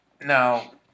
Now